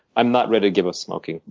i'm not ready to give up smoking.